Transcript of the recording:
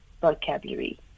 vocabulary